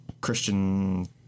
Christian